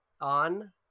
on